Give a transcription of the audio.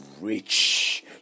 rich